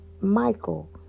Michael